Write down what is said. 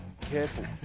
Careful